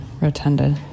rotunda